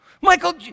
Michael